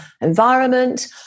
environment